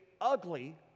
ugly